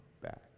back